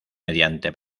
mediante